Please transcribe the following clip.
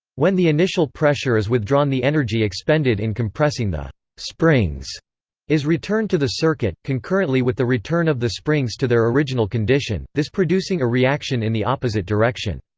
when the initial pressure is withdrawn the energy expended in compressing the springs is returned to the circuit, concurrently with the return of the springs to their original condition, this producing a reaction in the opposite direction.